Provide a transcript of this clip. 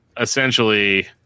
essentially